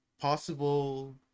possible